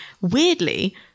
weirdly